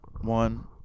One